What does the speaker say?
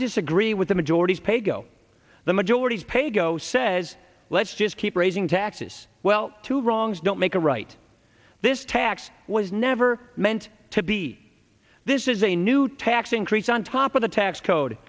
disagree with the majorities paygo the majorities paygo says let's just keep raising taxes well two wrongs don't make a right this tax was never meant to be this is a new tax increase on top of the tax code